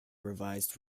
revised